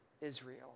Israel